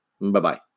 Bye-bye